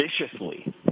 viciously